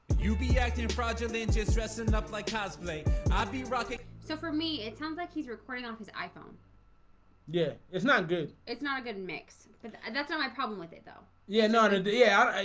you be acting fraudulent just dressing up like cosplay i'd be rocket so for me it sounds like he's recording on his iphone yeah, it's not good. it's not a good and mix and that's not my problem with it though. yeah. nah today yeah,